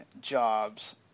jobs